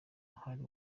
ahari